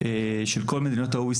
שלום לכולם כמובן.